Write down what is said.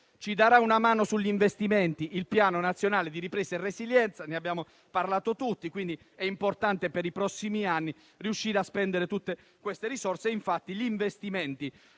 Ci darà una mano sugli investimenti il Piano nazionale di ripresa e resilienza; ne abbiamo parlato tutti ed è importante per i prossimi anni riuscire a spendere tutte le risorse. Gli investimenti